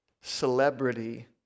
celebrity